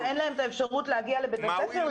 מה אין להם את האפשרות להגיע לבית הספר?